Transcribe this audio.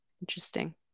interesting